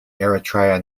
eritrea